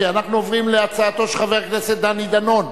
אנחנו עוברים להצעתו של חבר הכנסת דני דנון,